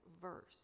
verse